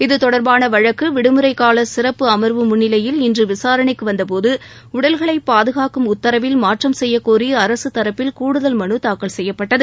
இது தொடர்பான வழக்கு விடுமுறைகால சிறப்பு அம்வு முன்னிலையில் இன்று விசாரணைக்கு வந்தபோது உடல்களை பாதுகாக்கும் உத்தரவில் மாற்றம் செய்யக்கோரி அரசு தரப்பில் கூடுதல் மனு தாக்கல் செய்யப்பட்டது